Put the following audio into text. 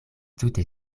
tute